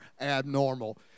abnormal